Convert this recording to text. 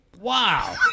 Wow